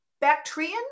Bactrian